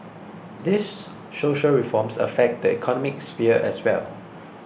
these social reforms affect the economic sphere as well